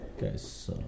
guys